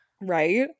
Right